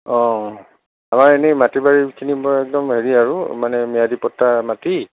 অ' আমাৰ এনেই মাটি বাৰীখিনি মই একদম হেৰি আৰু মানে ম্যাদী পাট্টা মাটি